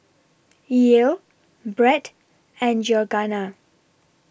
Yael Brett and Georganna